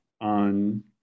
on